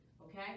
Okay